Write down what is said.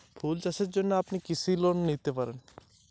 ফুল চাষে ঋণ পেতে আবেদন করার পদ্ধতিগুলি কী?